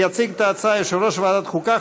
יציג את ההצעה יושב-ראש ועדת החוקה,